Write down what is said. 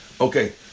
Okay